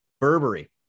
Burberry